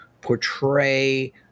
portray